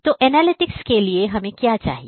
तो एनालिटिक्स के लिए हमें क्या चाहिए